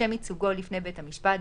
לשם ייצוגו לפני בית המשפט,